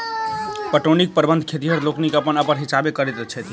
पटौनीक प्रबंध खेतिहर लोकनि अपन अपन हिसाबेँ करैत छथि